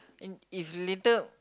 and if you later